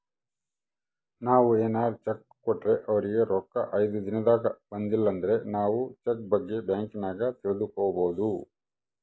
ನಾವು ಏನಾರ ಚೆಕ್ ಕೊಟ್ರೆ ಅವರಿಗೆ ರೊಕ್ಕ ಐದು ದಿನದಾಗ ಬಂದಿಲಂದ್ರ ನಾವು ಚೆಕ್ ಬಗ್ಗೆ ಬ್ಯಾಂಕಿನಾಗ ತಿಳಿದುಕೊಬೊದು